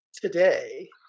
today